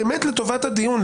באמת לטובת הדיון,